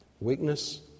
weakness